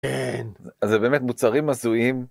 כן, אז זה באמת מוצרים הזויים.